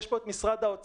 יש פה את משרד האוצר,